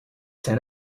ten